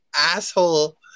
asshole